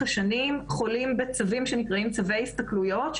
השנים חולים בצווים שנקראים צווי הסתכלויות,